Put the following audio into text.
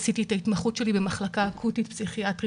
עשיתי את ההתמחות שלי במחלקה האקוטית-פסיכיאטרית